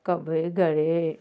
कब्बै गरइ